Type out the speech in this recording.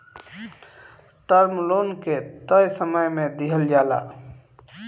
term loan के तय समय में दिहल जाला